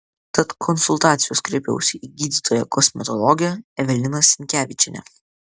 tad konsultacijos kreipiausi į gydytoją kosmetologę eveliną sinkevičienę